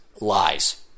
lies